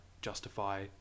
justify